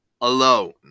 alone